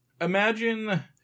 imagine